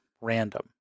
random